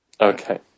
Okay